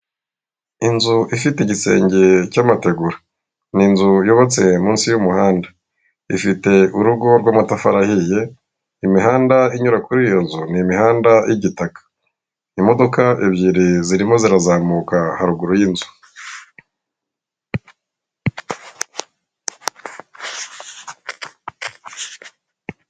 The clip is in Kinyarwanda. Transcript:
Inzu ifite igisenge cy'amategura, ni inzu yubatse munsi y'umuhanda, ifite urugo rw'amatafari ahiye, imihanda inyura kuri iyo nzu ni imihanda y'igitaka. Imodoka ebyiri zirimo zirazamuka haruguru y'inzu.